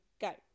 go